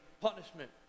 punishment